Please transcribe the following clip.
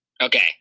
Okay